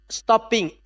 stopping